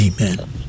Amen